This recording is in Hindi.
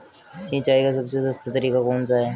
सिंचाई का सबसे सस्ता तरीका कौन सा है?